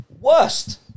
Worst